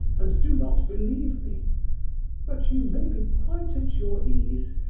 and do not believe me but you may be quite at your ease.